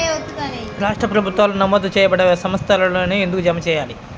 రాష్ట్ర ప్రభుత్వాలు నమోదు చేయబడ్డ సంస్థలలోనే ఎందుకు జమ చెయ్యాలి?